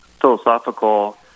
philosophical